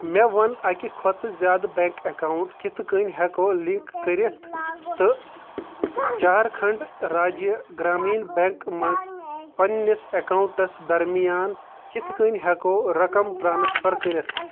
مےٚ وَن اَکہِ کھۄتہٕ زِیٛادٕ بیٚنٛک ایٚکاونٛٹ کِتھ کٔنۍ ہیٚکو لِنٛک کٔرِتھ تہٕ جھارکھنٛڈ راجیہ گرٛامیٖن بینٛک مَنٛز پننِس ایٚکاونٛٹَس درمیان کِتھ کٔنۍ ہیٚکو رَقم ٹرٛانسفر کٔرِتھ